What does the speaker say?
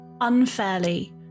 unfairly